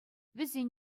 вӗсен